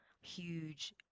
huge